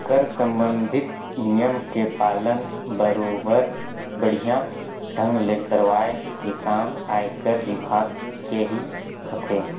कर संबंधित नियम के पालन बरोबर बड़िहा ढंग ले करवाये के काम आयकर विभाग केही होथे